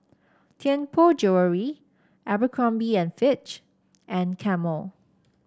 Tianpo Jewellery Abercrombie and Fitch and Camel